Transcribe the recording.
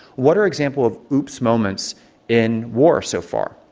what are examples of oops moments in war so far?